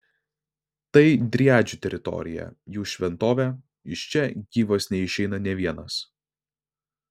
tai driadžių teritorija jų šventovė iš čia gyvas neišeina nė vienas